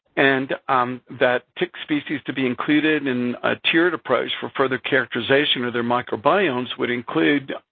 and that tick species to be included in a tiered approach for further characterization of their microbiomes would include